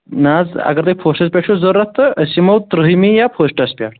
نہَ حظ اَگر تۅہہِ فٔسٹَس پیٚٹھ چھُو ضروٗرت تہٕ أسۍ یِمو ترٛہمہِ یا فٔسٹَس پیٚٹھ